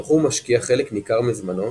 המכור משקיע חלק ניכר בזמנו